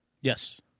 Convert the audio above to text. Yes